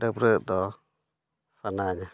ᱰᱟᱹᱵᱽᱨᱟᱹᱜ ᱫᱚ ᱥᱟᱱᱟᱧᱟᱹ